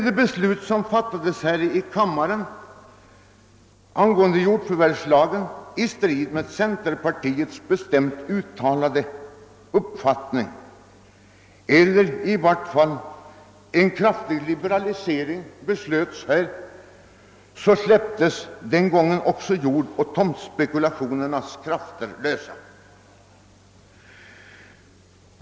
Det beslut riksdagen fattat angående jordförvärvslagen — vilket beslut fattades i strid mot centerpartiets bestämt uttalade uppfattning — innebar en kraftig liberalisering som släppte jordoch tomtspekulationens krafter lösa.